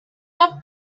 have